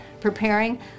preparing